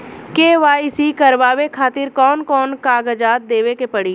KYC करवावे खातिर कौन कौन कागजात देवे के पड़ी?